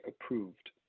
approved